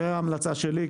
זו ההמלצה שלי,